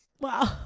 Wow